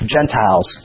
Gentiles